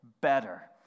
better